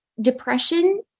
Depression